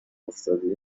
افتادی